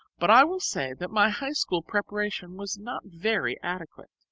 but i will say that my high-school preparation was not very adequate.